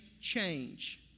change